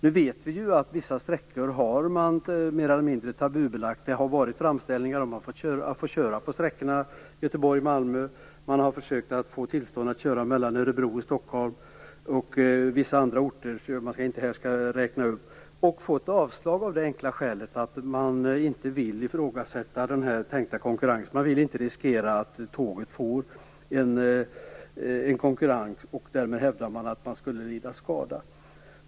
Nu vet vi ju att vissa sträckor mer eller mindre tabubelagts. Det har kommit framställningar om att få köra på sträckan Göteborg-Malmö. Man har också försökt att få tillstånd att köra mellan Örebro och Stockholm, och detsamma gäller vissa andra orter som jag inte här skall räkna upp. Det har dock blivit avslag av det enkla skälet att man inte vill ha den här tänkta konkurrensen. Man vill inte riskera att tågen får konkurrens. Man hävdar att tågen skulle lida skada.